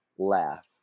Laugh